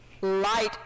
light